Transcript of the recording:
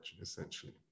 essentially